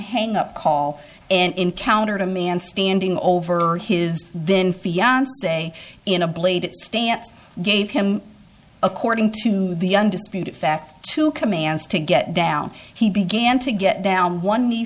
hang up call and encountered a man standing over his then fiance in a blade stance gave him according to the undisputed facts two commands to get down he began to get down one